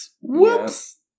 Whoops